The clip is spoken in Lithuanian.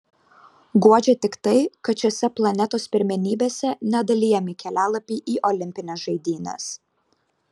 guodžia tik tai kad šiose planetos pirmenybėse nedalijami kelialapiai į olimpines žaidynes